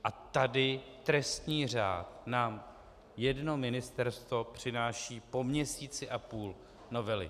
A tady trestní řád nám jedno ministerstvo přináší po měsíci a půl novely.